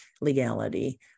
legality